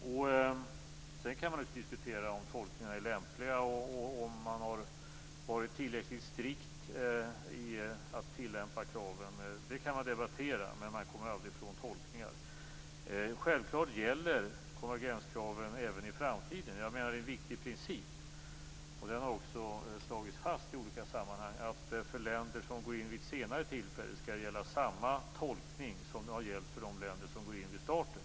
Sedan kan man naturligtvis diskutera om tolkningarna är lämpliga och om man har tillämpat kraven tillräckligt strikt, men man kommer aldrig ifrån att det sker tolkningar. Självfallet gäller konvergenskraven även i framtiden. Det är en viktig princip. Det har också slagits fast i olika sammanhang att det för länder som går in vid ett senare tillfälle skall gälla samma tolkning som har gällt för de länder som går in vid starten.